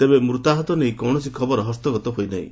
ତେବେ ମୃତାହତ ନେଇ କୌଣସି ଖବର ହସ୍ତଗତ ହୋଇନାହିଁ